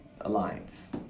Alliance